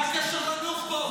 מה הקשר לנוח'בות?